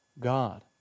God